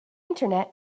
internet